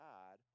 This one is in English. God